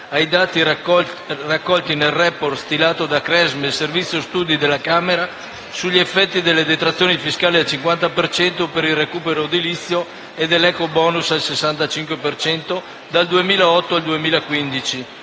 ai dati raccolti nel *report* stilato da Cresme e Servizio Studi della Camera sugli effetti delle detrazioni fiscali al 50 per cento per il recupero edilizio e dell'ecobonus 65 per cento per